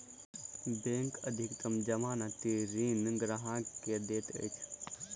bank अधिकतम जमानती ऋण ग्राहक के दैत अछि